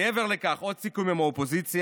מעבר לכך, עוד סיכום עם האופוזיציה: